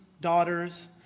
daughters